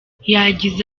yagize